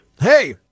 Hey